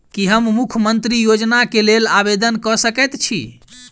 की हम मुख्यमंत्री योजना केँ लेल आवेदन कऽ सकैत छी?